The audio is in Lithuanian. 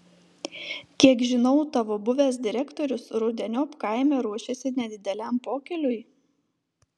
kiek žinau tavo buvęs direktorius rudeniop kaime ruošiasi nedideliam pokyliui